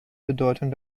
bedeutung